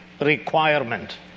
requirement